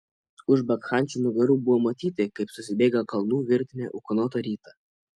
už bakchančių nugarų buvo matyti kaip susibėga kalnų virtinė ūkanotą rytą